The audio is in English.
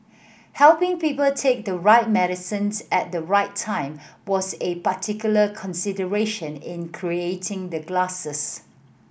helping people take the right medicines at the right time was a particular consideration in creating the glasses